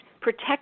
protect